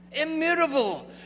Immutable